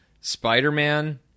Spider-Man